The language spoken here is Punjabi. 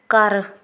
ਘਰ